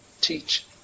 teach